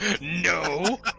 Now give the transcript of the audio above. no